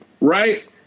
Right